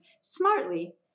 smartly